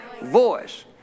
voice